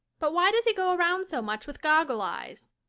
but why does he go around so much with goggle-eyes?